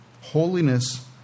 holiness